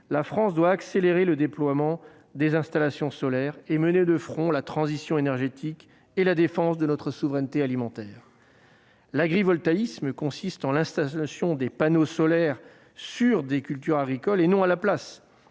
la France doit accélérer le déploiement des installations solaires et mener de front la transition énergétique et la défense de sa souveraineté alimentaire. L'agrivoltaïsme consiste en l'installation de panneaux solaires sur- et non à la place